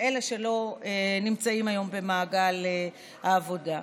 אלה שלא נמצאים היום במעגל העבודה.